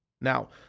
now